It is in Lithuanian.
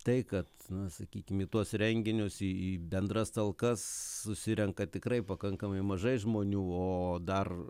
tai kad na sakykim į tuos renginius į bendras talkas susirenka tikrai pakankamai mažai žmonių o dar